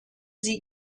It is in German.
sie